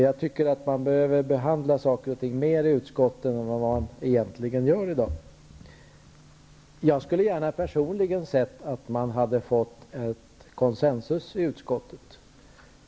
Jag tycker att man behöver behandla saker och ting mer i utskotten än vad man egentligen gör i dag. Jag skulle personligen gärna ha sett att man hade fått en consensus i utskottet.